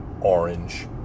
orange